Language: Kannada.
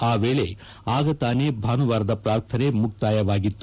ಆ ವೇಳೆ ಆಗ ತಾನೇ ಭಾನುವಾರದ ಪ್ರಾರ್ಥನೆ ಮುಕ್ತಾಯವಾಗಿತ್ತು